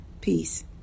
Peace